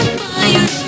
fire